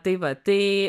tai va tai